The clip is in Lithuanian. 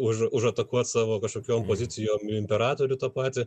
už už atakuot savo kažkokiom pozicijom imperatorių tą patį